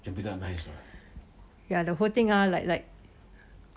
ya the whole thing ah like like